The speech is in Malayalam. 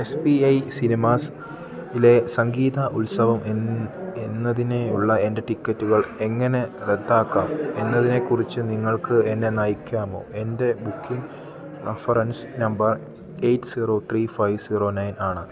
എസ് പ്പി ഐ സിനിമാസ് ഇലേ സങ്കീത ഉത്സവം എന്നതിനേയുള്ള എൻറ്റെ ടിക്കറ്റുകൾ എങ്ങനെ റദ്ദാക്കാം എന്നതിനെക്കുറിച്ച് നിങ്ങൾക്ക് എന്നെ നയിക്കാമോ എൻറ്റെ booking reference number eight zero three five zero nine ആണ്